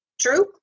true